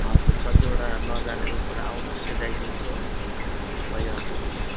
हजुर कतिवटा नजानेको कुरा आउनुहोस् सिकाइदिन्छु हो भइहाल्छ नि